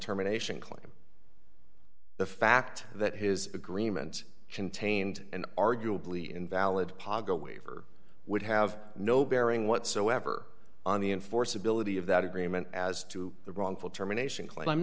termination claim the fact that his agreement contained an arguably invalid pago waiver would have no bearing whatsoever on the enforceability of that agreement as to the wrongful termination